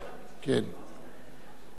אדוני היושב-ראש, כנסת נכבדה,